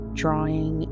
drawing